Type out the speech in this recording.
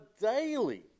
daily